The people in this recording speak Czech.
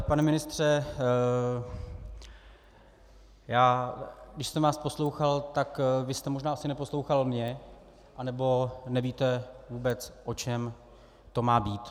Pane ministře, já jsem vás poslouchal, vy jste asi neposlouchal mě, anebo nevíte vůbec, o čem to má být.